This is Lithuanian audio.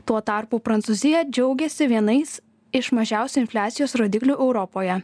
tuo tarpu prancūzija džiaugiasi vienais iš mažiausių infliacijos rodiklių europoje